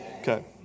Okay